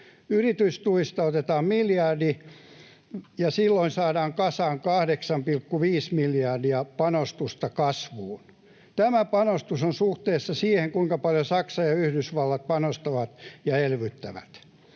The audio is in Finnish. Yritystuista otetaan miljardi, ja silloin saadaan kasaan 8,5 miljardia panostusta kasvuun. Tämä panostus on suhteessa siihen, kuinka paljon Saksa ja Yhdysvallat panostavat ja elvyttävät.